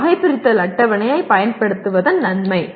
இது வகைபிரித்தல் அட்டவணையைப் பயன்படுத்துவதன் நன்மை